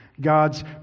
God's